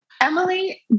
Emily